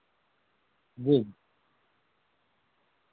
جی